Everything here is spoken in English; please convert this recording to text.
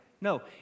No